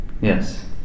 Yes